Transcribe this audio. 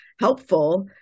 helpful